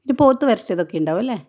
പിന്നെ പോത്ത് വരട്ടിയതൊക്കെ ഉണ്ടാവൂല്ലേ